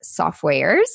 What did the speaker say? softwares